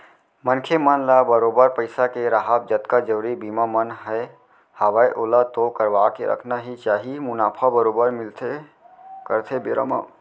मनखे मन ल बरोबर पइसा के राहब जतका जरुरी बीमा मन ह हवय ओला तो करवाके रखना ही चाही मुनाफा बरोबर मिलबे करथे बेरा म